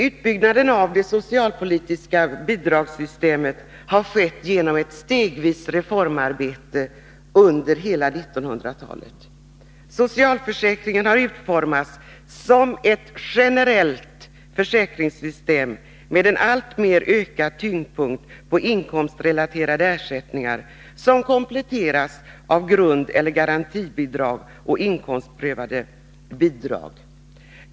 Utbyggnaden av det socialpolitiska bidragssystemet har skett genom ett stegvis reformarbete under hela 1900-talet. Socialförsäkringen har utformats som ett generellt försäkringssystem med en alltmer ökad tyngdpunkt på inkomstrelaterade ersättningar, som kompletteras av grundeller garantibidrag och inkomstprövade bidrag.